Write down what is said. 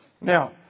Now